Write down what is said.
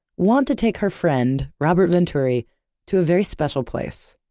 want to take her friend robert venturi to a very special place.